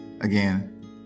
again